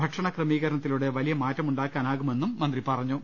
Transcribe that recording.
ഭക്ഷണ ക്രമീകരണത്തിലൂടെ വലിയ മാറ്റമുണ്ടാ ക്കാനാകുമെന്നും മന്ത്രി പറഞ്ഞു